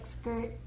skirt